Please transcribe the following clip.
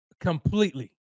Completely